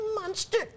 monster